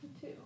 two